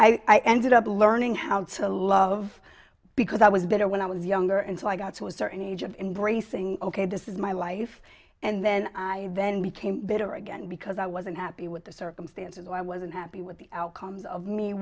y ended up learning how to love because i was bitter when i was younger and so i got to a certain age of embracing ok this is my life and then i then became better again because i wasn't happy with the circumstances i wasn't happy with the outcomes of me